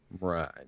Right